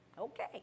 okay